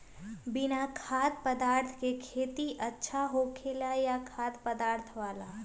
बिना खाद्य पदार्थ के खेती अच्छा होखेला या खाद्य पदार्थ वाला?